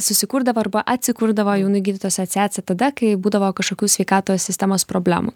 susikurdavo arba atsikurdavo jaunųjų gydytojų asociacija tada kai būdavo kašokių sveikatos sistemos problemų